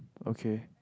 okay